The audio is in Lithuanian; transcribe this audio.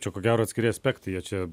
čia ko gero atskiri aspektai jie čia